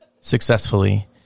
successfully